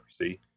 see